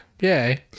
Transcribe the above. Yay